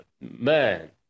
Man